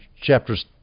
chapters